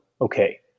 okay